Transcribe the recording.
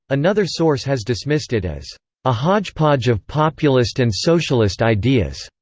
another source has dismissed it as a hodgepodge of populist and socialist ideas,